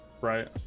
right